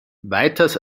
weiters